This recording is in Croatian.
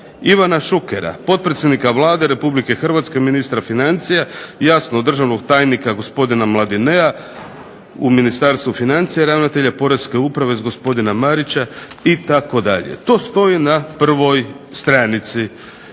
Ivana Šukera, potpredsjednika Vlade RH ministra financija, jasno državnog tajnika gospodina Mladinea u Ministarstvu financija, ravnatelja POreske uprave gospodina Marića itd. to stoji na prvoj stranici.